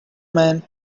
man